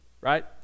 right